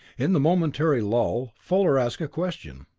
in the momentary lull, fuller asked a question.